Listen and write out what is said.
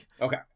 Okay